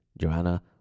Joanna